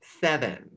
seven